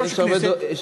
חבר הכנסת טיבי,